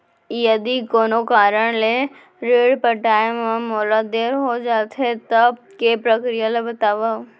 यदि कोनो कारन ले ऋण पटाय मा मोला देर हो जाथे, तब के प्रक्रिया ला बतावव